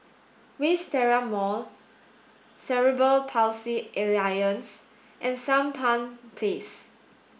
Wisteria Mall Cerebral Palsy Alliance and Sampan Place